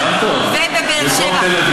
המענקים מביאים את הרופאים לפריפריה, נכון.